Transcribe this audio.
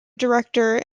director